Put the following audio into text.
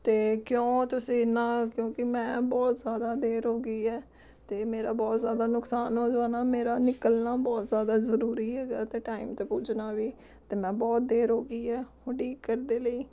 ਅਤੇ ਕਿਉਂ ਤੁਸੀਂ ਇੰਨਾ ਕਿਉਂਕਿ ਮੈਂ ਬਹੁਤ ਜ਼ਿਆਦਾ ਦੇਰ ਹੋ ਗਈ ਹੈ ਅਤੇ ਮੇਰਾ ਬਹੁਤ ਜ਼ਿਆਦਾ ਨੁਕਸਾਨ ਹੋ ਜਾਣਾ ਮੇਰਾ ਨਿਕਲਣਾ ਬਹੁਤ ਜ਼ਿਆਦਾ ਜ਼ਰੂਰੀ ਹੈਗਾ ਅਤੇ ਟਾਈਮ 'ਤੇ ਪੁੱਜਣਾ ਵੀ ਅਤੇ ਮੈਂ ਬਹੁਤ ਦੇਰ ਹੋ ਗਈ ਹੈ ਉਡੀਕ ਕਰਦੇ ਲਈ